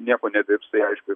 nieko nedirbs tai aišku ir